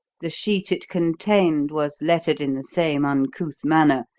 the sheet it contained was lettered in the same uncouth manner,